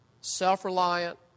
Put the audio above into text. self-reliant